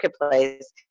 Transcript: marketplace